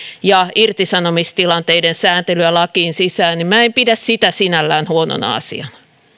ja irtisanomistilanteiden sääntelyä lakiin sisään niin minä en pidä sitä sinällään huonona asiana